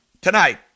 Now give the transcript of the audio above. tonight